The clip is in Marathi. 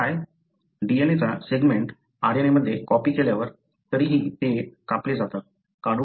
DNA चा सेगमेंट RNA मध्ये कॉपी केल्यावर तरीही ते कापले जातात काढून टाकले जातात